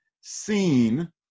seen